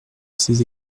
ses